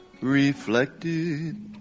Reflected